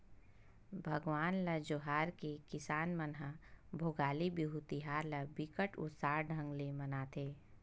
भगवान ल जोहार के किसान मन ह भोगाली बिहू तिहार ल बिकट उत्साह ढंग ले मनाथे